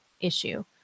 issue